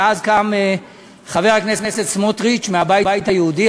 ואז קם חבר הכנסת סמוטריץ מהבית היהודי,